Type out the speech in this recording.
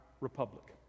republic